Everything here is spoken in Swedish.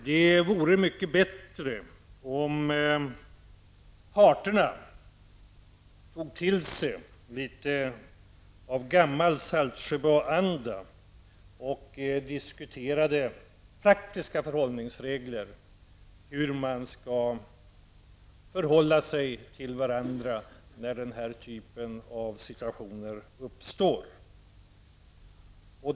Det vore mycket bättre om parterna tog till sig litet av gammal Saltsjöbadsanda och diskuterade praktiska förhållningsregler, dvs. hur man skall förhålla sig till varandra när denna typ av situationer uppstår.